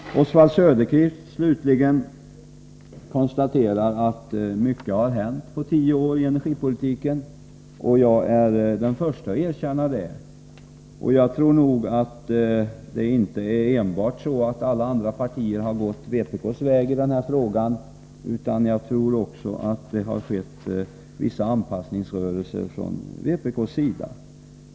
Oswald Söderqvist konstaterar att mycket har hänt på tio år inom energipolitiken, och jag är den förste att erkänna det. Jag tror inte det enbart förhåller sig så att alla övriga partier har gått vpk:s väg i den här frågan. Även vpk har nog gjort vissa anpassningsrörelser till andra partiers inställning.